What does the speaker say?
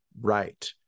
right